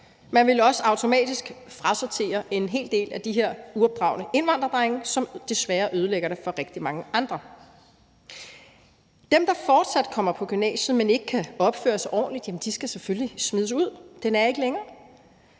Man ville også automatisk frasortere en hel del af de her uopdragne indvandrerdrenge, som desværre ødelægger det for rigtig mange andre. Dem, der fortsat kommer på gymnasiet, men ikke kan opføre sig ordentligt, skal selvfølgelig smides ud. Den er ikke længere.